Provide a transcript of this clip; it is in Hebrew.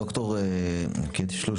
ד"ר יקטרינה שלוש,